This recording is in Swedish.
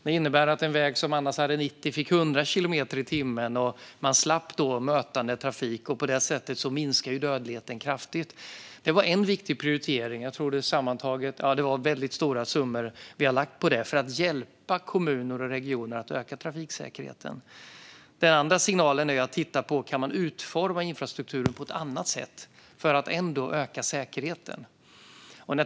Det innebar att en väg med hastighetsbegränsningen 90 fick 100 kilometer i timmen. Man slapp mötande trafik, och därmed minskade dödligheten kraftigt. Det var en viktig prioritering. Vi har sammantaget lagt väldigt stora summor på detta, för att hjälpa kommuner och regioner att öka trafiksäkerheten. Den andra signalen är att titta på om man kan utforma infrastrukturen på något annat sätt för att öka säkerheten.